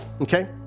okay